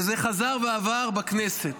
וזה חזר ועבר בכנסת.